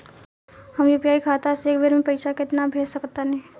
हम यू.पी.आई खाता से एक बेर म केतना पइसा भेज सकऽ तानि?